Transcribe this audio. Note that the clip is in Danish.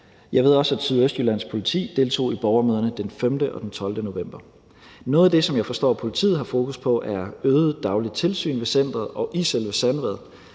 Jeg ved også, at Sydøstjyllands Politi deltog i borgermøderne den 5. og den 12. november. Noget af det, som jeg forstår politiet har fokus på, er øget dagligt tilsyn med centeret og i selve Sandvad,